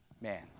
Man